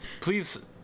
Please